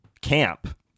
camp